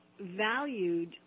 valued